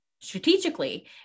strategically